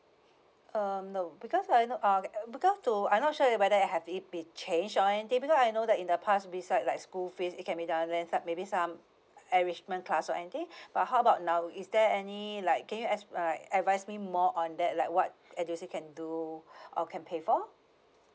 um no because I no~ uh because to I not sure whether have it be changed joint it because I know that in the past beside like school fees it can be done there's like maybe some enrichment class or anything but how about now is there any like can you ex~ uh advise me more on that like what edusave can do or can pay for